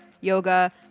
yoga